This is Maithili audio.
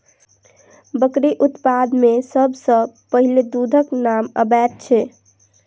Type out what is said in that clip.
बकरी उत्पाद मे सभ सॅ पहिले दूधक नाम अबैत छै